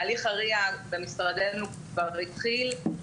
הליך ה-RIA במשרדנו כבר התחיל.